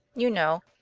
you know,